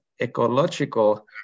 ecological